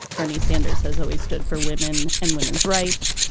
bernie sanders has always stood for women and women's rights.